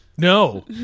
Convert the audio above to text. No